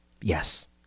Yes